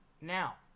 Now